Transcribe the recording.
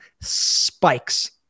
spikes